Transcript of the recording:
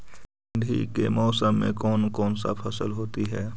ठंडी के मौसम में कौन सा फसल होती है?